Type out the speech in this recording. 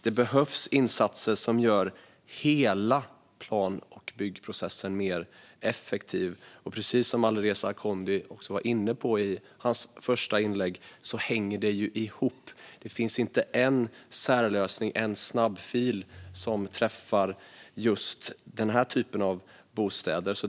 Det behövs insatser som gör hela plan och byggprocessen mer effektiv, och precis som Alireza Akhondi var inne på i sitt första inlägg hänger detta ihop. Det finns inte en enskild särlösning eller snabbfil som träffar just den typen av bostäder.